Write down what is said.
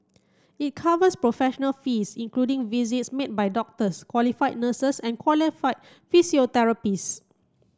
it covers professional fees including visits made by doctors qualified nurses and qualified physiotherapists